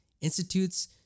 institutes